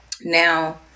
Now